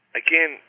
again